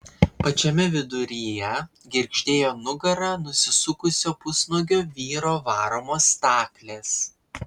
pačiame viduryje girgždėjo nugara nusisukusio pusnuogio vyro varomos staklės